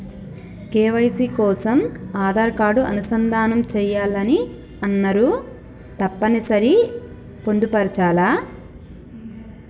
KYC కోసం Aadhaar card అనుసంధానం చేయాలని అన్నరు తప్పని సరి పొందుపరచాలా?